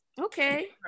Okay